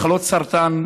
מחלות סרטן.